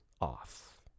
off